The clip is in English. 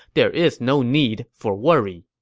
there is no need for worry.